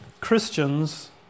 Christians